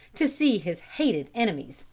to see his hated enemies,